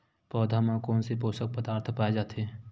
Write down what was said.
पौधा मा कोन से पोषक पदार्थ पाए जाथे?